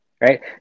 right